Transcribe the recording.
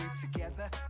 together